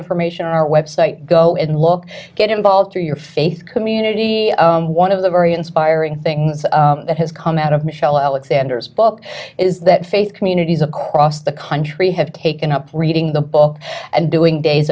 information on our website go and look get involved to your faith community one of the very inspiring things that has come out of michelle alexander's book is that faith communities across the country have taken up reading the book and doing days